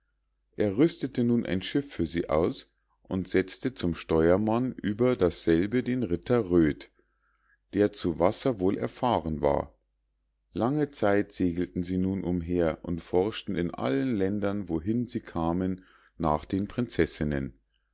er rüstete nun ein schiff für sie aus und setzte zum steuermann über dasselbe den ritter röd der zu wasser wohl erfahren war lange zeit segelten sie nun umher und forschten in allen ländern wohin sie kamen nach den prinzessinnen